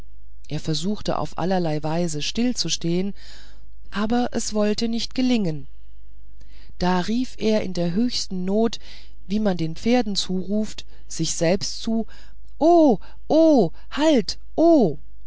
er versuchte auf allerlei weise stillzustehen aber es wollte nicht gelingen da rief er in der höchsten not wie man den pferden zuruft sich selbst zu oh oh halt oh